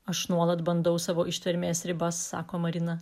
aš nuolat bandau savo ištvermės ribas sako marina